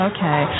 Okay